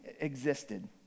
existed